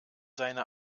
seine